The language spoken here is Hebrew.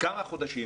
כמה חודשים.